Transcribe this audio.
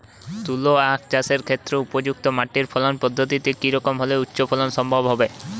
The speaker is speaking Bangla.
তুলো আঁখ চাষের ক্ষেত্রে উপযুক্ত মাটি ফলন পদ্ধতি কী রকম হলে উচ্চ ফলন সম্ভব হবে?